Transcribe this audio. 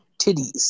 titties